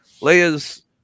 Leia's